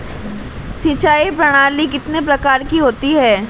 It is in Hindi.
सिंचाई प्रणाली कितने प्रकार की होती है?